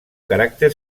caràcter